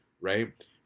right